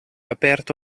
aperto